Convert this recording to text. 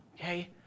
Okay